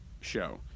show